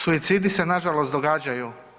Suicidi se na žalost događaju.